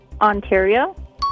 Ontario